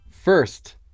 First